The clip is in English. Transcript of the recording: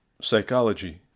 Psychology